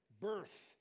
birth